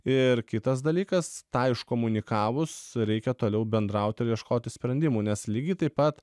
ir kitas dalykas tą iškomunikavus reikia toliau bendraut ir ieškoti sprendimų nes lygiai taip pat